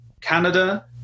Canada